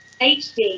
HD